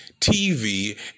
TV